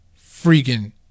freaking